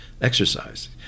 exercise